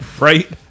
Right